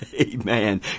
Amen